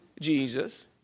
Jesus